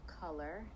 color